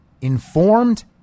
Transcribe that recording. informed